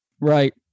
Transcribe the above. Right